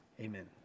Amen